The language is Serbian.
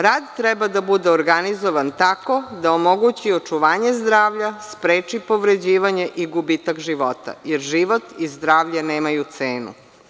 Rad treba da bude organizovan tako da omogući očuvanje zdravlja, spreči povređivanje i gubitak života, jer život i zdravlje nemaju cenu.